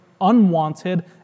unwanted